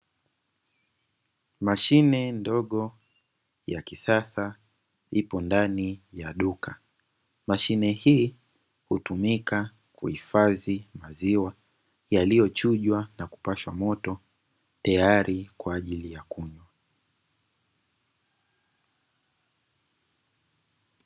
Mashine ndogo ya kisasa ipo ndani ya duka mashine hii hutumika kuhifadhi maziwa yaliyochujwa na kupashwa moto tayari kwa ajili ya kunywa.